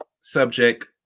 subject